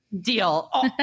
deal